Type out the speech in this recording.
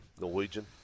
Norwegian